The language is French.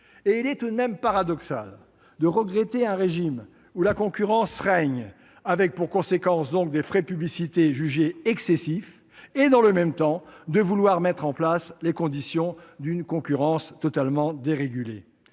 Il est tout de même paradoxal de regretter un régime où la concurrence règne, avec, pour conséquence, des frais de publicité jugés excessifs et, dans le même temps, de vouloir mettre en place les conditions d'une concurrence totalement dérégulée.